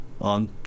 on